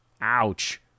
ouch